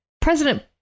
President